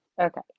Okay